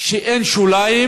כשאין שוליים.